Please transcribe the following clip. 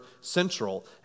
central